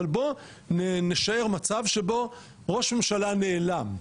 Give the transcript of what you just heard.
אבל בוא נשער מצב שבו ראש ממשלה נעלם,